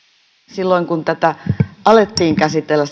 silloin päivällä kun tätä alettiin käsitellä